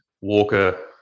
Walker